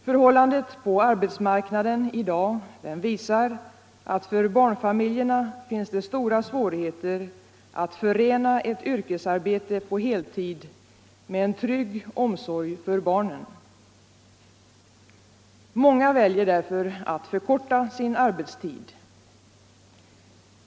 Förhållandet på arbetsmarknaden i dag visar att det för barnfamiljerna finns stora svårigheter att förena ett yrkesarbete på heltid med en trygg omsorg om barnen. Många väljer därför att förkorta sin arbetstid.